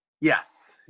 Yes